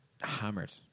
Hammered